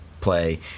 play